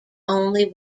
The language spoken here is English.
only